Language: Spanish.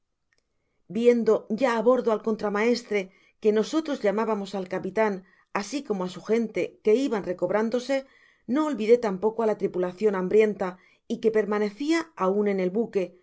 viendo ya á bordo al contramaestre que nosotros llamábamos capitan así como á su gente que iban recobrándose no olvidé tampoco á la tripulacion hambrienta y que permanecía aun en el buque